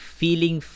feeling